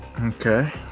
Okay